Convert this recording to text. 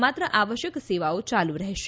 માત્ર આવશ્યક સેવાઓ ચાલુ રહેશે